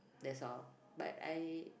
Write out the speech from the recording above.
that's all but I